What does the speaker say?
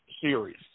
series